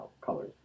colors